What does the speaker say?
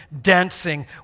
dancing